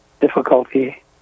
difficulty